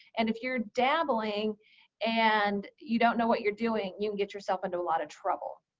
and if you're dabbling and you don't know what you're doing you can get yourself into a lot of trouble.